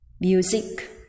music